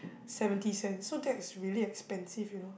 seventy cents so that is really expensive you know